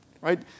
right